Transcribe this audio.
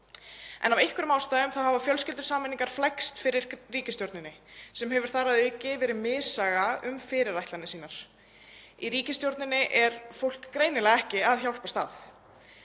að. Af einhverjum ástæðum hafa fjölskyldusameiningar flækst fyrir ríkisstjórninni sem hefur þar að auki orðið missaga um fyrirætlanir sínar. Í ríkisstjórninni er fólk greinilega ekki að hjálpast að.